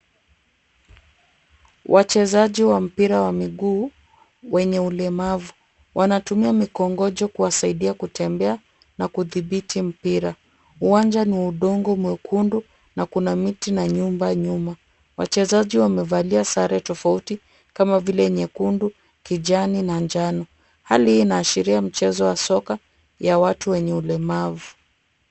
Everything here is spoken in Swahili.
Wachezaji wa mpira wa miguu wenye ulemavu. Wanatumia mikongojo kuwasaidia kutembea na kudhibiti mpira. Uwanja ni wa udongo mwekundu na kuna miti na nyumba nyuma. Wachezaji wamevalia sare tofauti kama vile nyekundu, kijani na njano. Hali hii inaashiria mchezo wa soka ya watu wenye ulemavu.